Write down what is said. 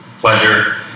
pleasure